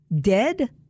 dead